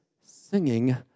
singing